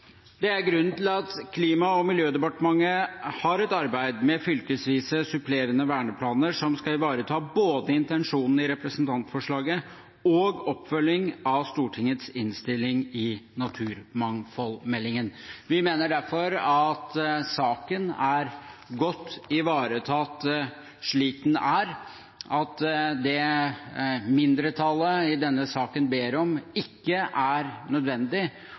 Det er grunnen til at Klima- og miljødepartementet har et arbeid med fylkesvise, supplerende verneplaner, som skal ivareta både intensjonen i representantforslaget og oppfølgingen av Stortingets vedtak i forbindelse med behandlingen av naturmangfoldmeldingen. Vi mener derfor at saken er godt ivaretatt slik den er, og at det som mindretallet i denne saken ber om, ikke er nødvendig